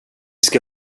ska